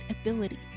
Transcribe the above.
ability